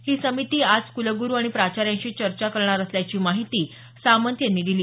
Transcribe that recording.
ही समिती आज कुलगुरु आणि प्राचार्यांशी चर्चा करणार असल्याची माहिती सामंत यांनी दिली